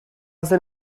zen